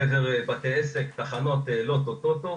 לעבר בתי עסק, תחנות לוטו וטוטו